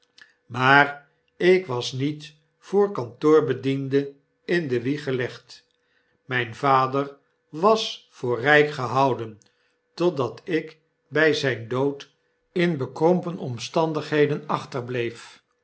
maar ik was niet voor kantoorbediende in de wieg gelegd myn vader was voor rijk gehouden totflat ik by zyn d od in bekrompen omstandigheden